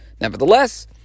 nevertheless